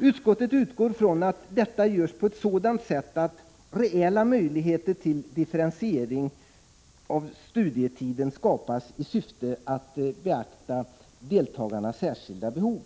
Utskottet utgår från att detta görs på ett sådant sätt att reella möjligheter till differentiering av studietiden skapas i syfte att beakta deltagarnas särskilda behov.